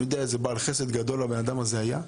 יודע איזה בעל חסד גדול הבן אדם הזה היה.